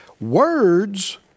Words